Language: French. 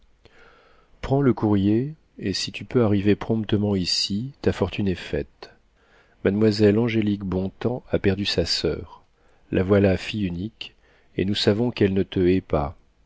prends le courrier et si tu peux arriver promptement ici ta fortune est faite mademoiselle angélique bontems a perdu sa soeur la voilà fille unique et nous savons qu'elle ne te hait pas